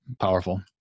powerful